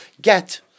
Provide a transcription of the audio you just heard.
Get